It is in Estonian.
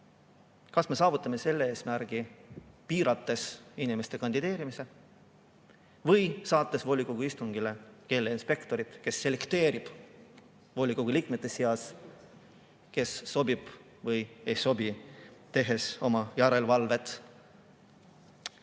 Kas me saavutame selle eesmärgi, piirates inimeste kandideerimist või saates volikogu istungile keeleinspektori, kes selekteerib volikogu liikmete seast, kes sobib ja kes ei sobi, tehes oma järelevalvet? Siin